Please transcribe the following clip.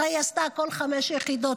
הרי היא עשתה הכול חמש יחידות,